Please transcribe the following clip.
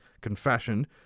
confession